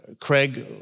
Craig